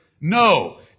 No